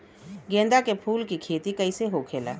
गेंदा के फूल की खेती कैसे होखेला?